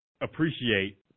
appreciate